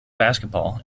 basketball